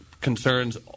concerns